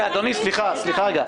אדוני, סליחה, סליחה רגע.